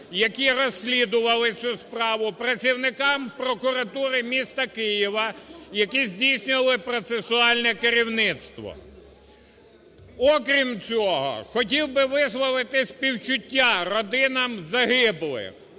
які розслідували цю справу, працівникам прокуратури міста Києва, які здійснювали процесуальне керівництво. Окрім цього, хотів би висловити співчуття родинам загиблих.